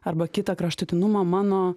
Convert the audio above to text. arba kitą kraštutinumą mano